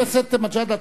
חבר הכנסת מג'אדלה,